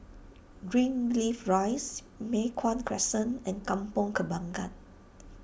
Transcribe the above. Greenleaf Rise Mei Hwan Crescent and Kampong Kembangan